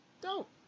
dope